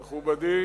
מכובדי,